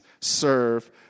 serve